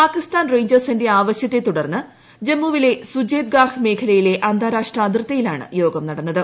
പാകിസ്ഥാൻ റേഞ്ചേഴ്സിന്റെ ആവശ്യത്തെ തുടർന്ന് ജമ്മുവിലെ സുചേത്ഗാർഹ് മേഖലയിലെ അന്താരാഷ്ട്ര അതിർത്തിയിലാണ് യോഗം നടന്നത്